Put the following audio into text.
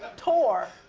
tour.